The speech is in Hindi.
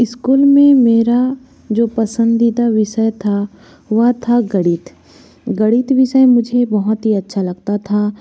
इस्कूल में मेरा जो पसंदीदा विषय था वह था गणित गणित विषय मुझे बहुत ही अच्छा लगता था